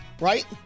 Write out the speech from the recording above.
right